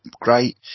great